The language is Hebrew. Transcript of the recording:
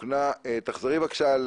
תחזרי שוב על